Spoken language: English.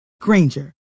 Granger